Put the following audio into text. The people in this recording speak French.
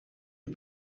eut